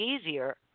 easier